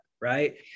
right